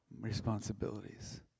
responsibilities